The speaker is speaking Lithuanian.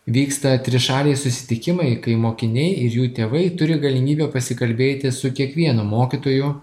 vyksta trišaliai susitikimai kai mokiniai ir jų tėvai turi galimybę pasikalbėti su kiekvienu mokytoju